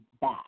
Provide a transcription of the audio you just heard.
back